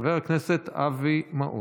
חבר הכנסת אבי מעוז.